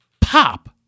pop